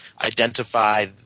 identify